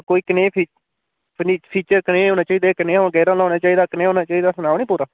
कोई कनेह् फीच फीनचर फीचर केह् होने चाहिदे गेयर आह्ला होना चाहिदा कनेहा होना चाहिदा सुनाओ नी पूरा